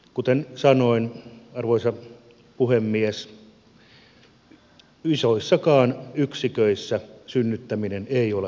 kuten sanoin arvoisa puhemies isoissakaan yksiköissä synnyttäminen ei ole ilmaista